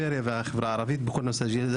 לבין הפריפריה והחברה הערבית בכל נושא השירות.